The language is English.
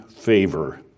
favor